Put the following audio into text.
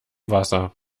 wasser